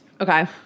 Okay